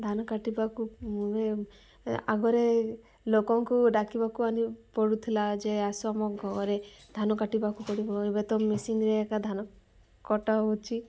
ଧାନ କାଟିବାକୁ ଗଲେ ଆଗରେ ଲୋକଙ୍କୁ ଡାକିବାକୁ ଆଣି ପଡ଼ୁଥିଲା ଯେ ଆସ ଆମ ଘରେ ଧାନ କାଟିବାକୁ ପଡ଼ିବ ଏବେ ତ ମେସିନରେ ଏକା ଧାନ କଟା ହେଉଛି